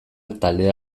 taldea